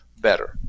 better